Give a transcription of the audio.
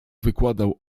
wykładał